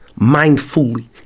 mindfully